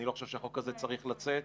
אני לא חושב שהחוק הזה צריך לצאת.